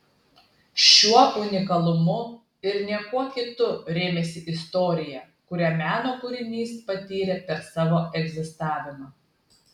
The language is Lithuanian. šiuo unikalumu ir ne kuo kitu rėmėsi istorija kurią meno kūrinys patyrė per savo egzistavimą